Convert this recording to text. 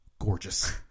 Gorgeous